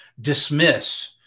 dismiss